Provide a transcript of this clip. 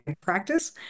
practice